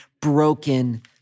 broken